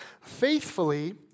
faithfully